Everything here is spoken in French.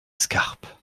scarpe